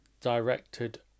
directed